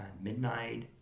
Midnight